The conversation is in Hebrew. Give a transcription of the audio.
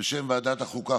בשם ועדת החוקה,